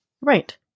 right